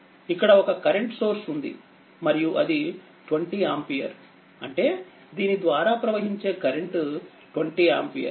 ఇక్కడ ఒక current source ఉందిమరియు అది 20ఆంపియర్అంటే దీనిద్వారా ప్రవహించే కరెంట్20ఆంపియర్